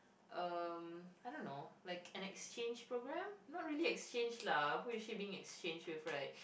um I don't know like an exchange programme not really exchange lah who is she being exchanged with right